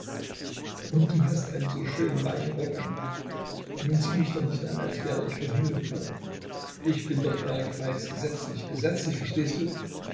und du hast einen so schönen weichen rock an nun sieh mich doch nicht an als wär ich vom himmel gefallen ich bin doch erik falks gesetzlich gesetzlich verstehst du